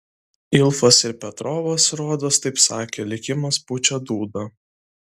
ilfas ir petrovas rodos taip sakė likimas pučia dūdą